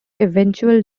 eventual